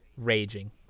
raging